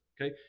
okay